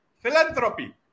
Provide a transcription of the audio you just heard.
philanthropy